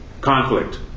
conflict